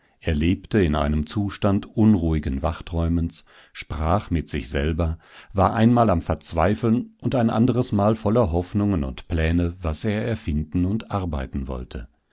er lebte in einem zustand unruhigen wachträumens sprach mit sich selber war einmal am verzweifeln und ein anderes mal voller hoffnungen und pläne was er erfinden und arbeiten wollte